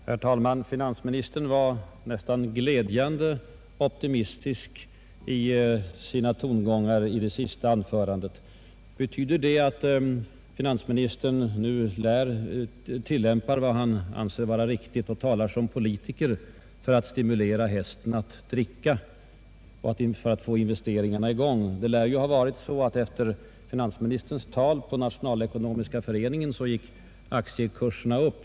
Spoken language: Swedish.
Herr talman! Finansministerns tongångar var nästan glädjande optimistiska i det senaste anförandet. Betyder det att finansministern nu tillämpar vad han anser vara riktigt och talar som politiker för att stimulera hästen att dricka, dvs. för att få i gång investeringarna? Det lär ju ha varit så att efter finansministerns tal på Nationalekonomiska föreningen steg aktiekurserna.